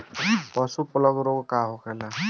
पशु प्लग रोग का होखेला?